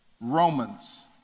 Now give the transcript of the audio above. Romans